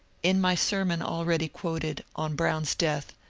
in my sermon already quoted, on brown's death,